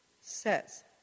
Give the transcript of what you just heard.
says